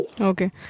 Okay